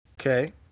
Okay